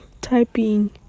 typing